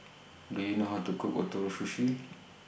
Do YOU know How to Cook Ootoro Sushi